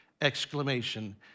exclamation